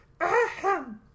Ahem